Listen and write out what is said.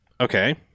Okay